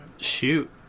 Shoot